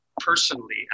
personally